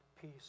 peace